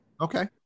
Okay